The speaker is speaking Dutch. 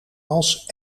als